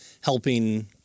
helping